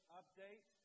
update